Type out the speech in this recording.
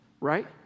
right